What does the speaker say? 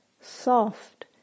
soft